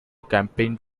campaign